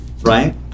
Right